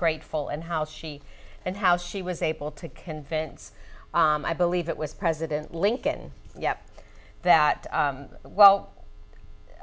grateful and how she and how she was able to convince i believe it was president lincoln yep that well